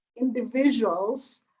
individuals